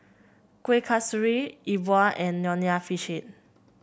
Kueh Kasturi E Bua and Nonya Fish Head